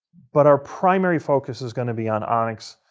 but our primary focus is going to be on onyx,